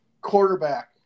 quarterback